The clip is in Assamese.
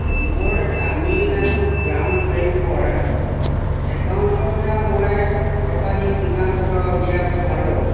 মোৰ তামিলনাডু গ্ৰাম বেংকৰ একাউণ্টৰপৰা মই সৰ্বাধিক কিমান টকা উলিয়াব পাৰোঁ